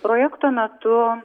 projekto metu